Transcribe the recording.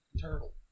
turtle